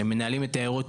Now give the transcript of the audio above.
שמנהלים את היערות,